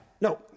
No